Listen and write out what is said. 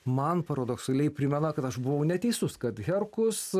man paradoksaliai primena kad aš buvau neteisus kad herkus